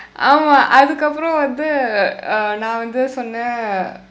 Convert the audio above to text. ஆமாம் அதுக்கு அப்புறம் வந்து நான் வந்து சொன்னேன்:aamaam athukku appuram vandthu naan vandthu sonneen